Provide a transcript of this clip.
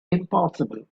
impassable